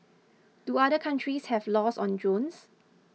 do other countries have laws on drones